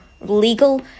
legal